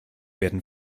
werden